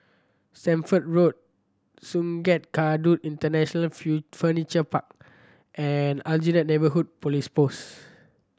Stamford Road Sungei Kadut International Feel Furniture Park and Aljunied Neighbourhood Police Post